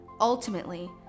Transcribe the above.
Ultimately